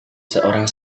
seorang